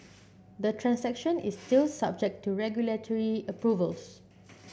the transaction is still subject to regulatory approvals